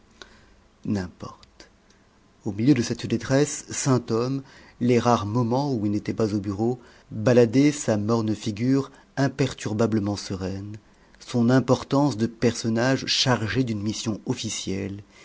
n'importe au milieu de cette détresse sainthomme les rares moments où il n'était pas au bureau baladait sa morne figure imperturbablement sereine son importance de personnage chargé d'une mission officielle